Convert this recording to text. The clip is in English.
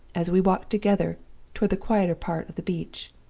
as we walked together toward the quieter part of the beach.